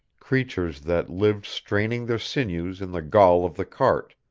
creatures that lived straining their sinews in the gall of the cart,